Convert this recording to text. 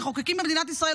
מחוקקים במדינת ישראל,